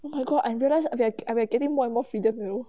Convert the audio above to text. oh my god I realise we like we getting more and more freedom you know